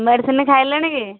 medicine ଖାଇଲେଣି କି